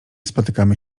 spotykamy